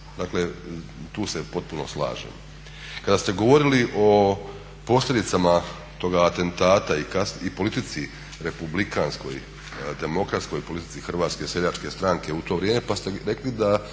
Dakle, tu se potpuno slažem. Kada ste govorili o posljedicama toga atentata i politici republikanskoj, demokratskoj, politici Hrvatske seljačke stranke u to vrijeme pa ste rekli da